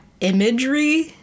imagery